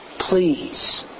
please